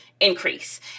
increase